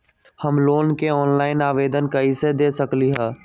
हम लोन के ऑनलाइन आवेदन कईसे दे सकलई ह?